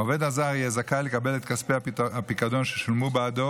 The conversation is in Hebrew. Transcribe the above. העובד הזר יהיה זכאי לקבל את כספי הפיקדון ששולמו בעדו